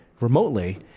remotely